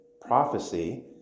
prophecy